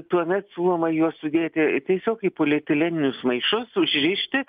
tuomet siūloma juos sudėti tiesiog į polietileninius maišus užrišti